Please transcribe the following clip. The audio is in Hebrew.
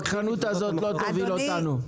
--- הווכחנות הזאת לא תוביל אותנו.